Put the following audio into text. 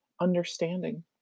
understanding